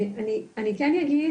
אני אגיד